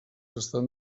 estan